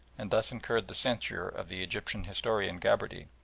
and thus incurred the censure of the egyptian historian gabarty,